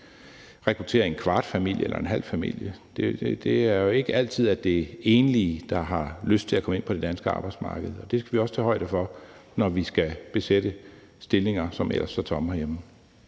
rekruttere en kvart familie eller en halv familie. Det er jo ikke altid, at det er enlige, der har lyst til at komme ind på det danske arbejdsmarked, og det skal vi også tage højde for, når vi skal besætte stillinger, som ellers står tomme herhjemme.